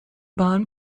bahn